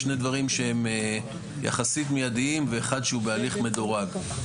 יש שני דברים שהם יחסית מיידיים ואחד שהוא בהליך מדורג.